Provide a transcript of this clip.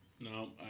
No